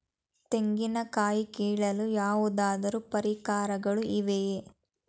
ತೆಂಗಿನ ಕಾಯಿ ಕೀಳಲು ಯಾವುದಾದರು ಪರಿಕರಗಳು ಇವೆಯೇ?